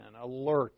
Alert